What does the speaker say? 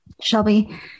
Shelby